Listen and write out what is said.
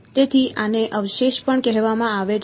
તેથી આને અવશેષ પણ કહેવામાં આવે છે